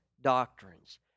doctrines